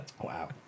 Wow